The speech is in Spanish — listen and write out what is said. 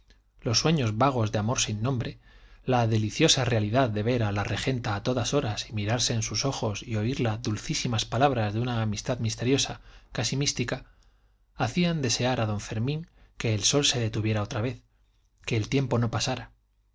los sueños vagos de amor sin nombre la deliciosa realidad de ver a la regenta a todas horas y mirarse en sus ojos y oírla dulcísimas palabras de una amistad misteriosa casi mística hacían desear a don fermín que el sol se detuviera otra vez que el tiempo no pasara